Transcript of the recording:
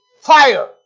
Fire